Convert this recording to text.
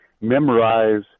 memorize